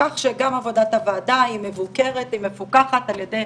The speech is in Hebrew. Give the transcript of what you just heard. כך שגם עבודת הוועדה היא מבוקרת ומפוקחת על ידי